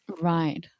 Right